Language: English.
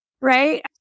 right